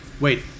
wait